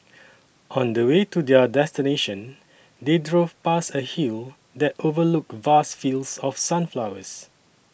on the way to their destination they drove past a hill that overlooked vast fields of sunflowers